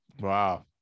Wow